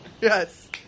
Yes